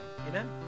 amen